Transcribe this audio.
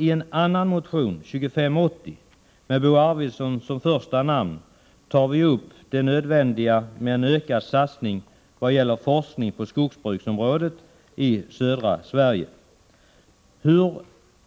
I en annan motion, nr 2580 med Bo Arvidson som första namn, tar vi upp att det är nödvändigt med en ökad satsning vad gäller forskning på skogsbrukets område i södra Sverige och hur